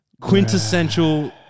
quintessential